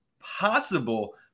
possible